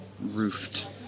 roofed